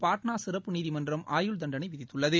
பாட்னா சிறப்பு நீதிமன்றம் ஆயுள் தண்டனை விதித்துள்ளது